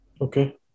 Okay